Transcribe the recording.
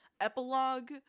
epilogue